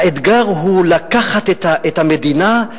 האתגר הוא לקחת את המדינה,